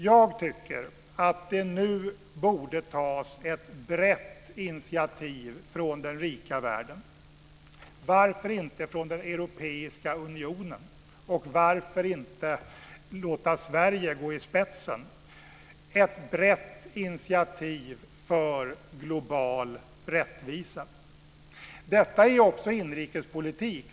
Det borde nu tas ett brett initiativ från den rika världen - varför inte från den europeiska unionen, och varför inte låta Sverige gå i spetsen? Det ska tas ett brett initiativ för global rättvisa. Detta är också inrikespolitik.